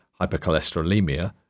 hypercholesterolemia